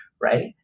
right